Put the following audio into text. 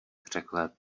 překlep